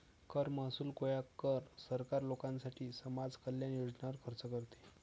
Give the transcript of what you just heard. कर महसूल गोळा कर, सरकार लोकांसाठी समाज कल्याण योजनांवर खर्च करते